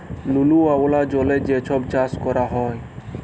লুল ওয়ালা জলে যে ছব চাষ ক্যরা হ্যয়